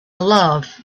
love